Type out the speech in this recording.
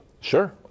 Sure